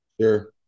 Sure